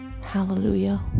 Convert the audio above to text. hallelujah